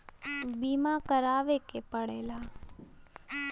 बीमा करावे के पड़ेला